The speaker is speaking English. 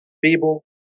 Feeble